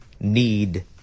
need